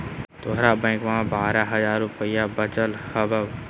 तोहर बैंकवा मे बारह हज़ार रूपयवा वचल हवब